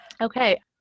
okay